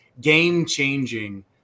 game-changing